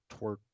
twerk